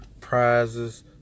prizes